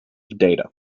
data